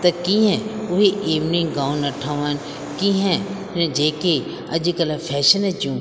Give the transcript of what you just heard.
त कीअं उहे इवनिंग गाउन ठहनि कीअं जेके अॼुकल्ह फेशन जूं